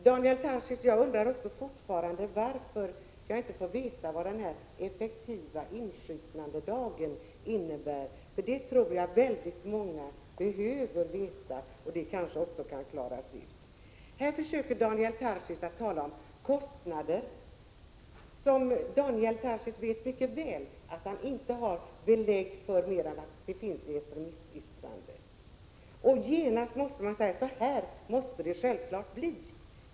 Jag undrar, Daniel Tarschys, fortfarande varför jag inte får veta vad denna effektiva insjuknandedag innebär. Det tror jag att väldigt många behöver veta. Det kanske också kan klaras ut. Här försöker Daniel Tarschys tala om kostnader som han mycket väl vet att han inte har belägg för, eftersom det inte finns något remissyttrande. Man säger: Så här måste det självfallet bli.